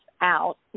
out